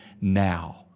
now